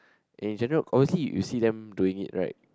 and in general obviously you see them doing it right